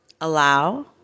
allow